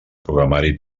programari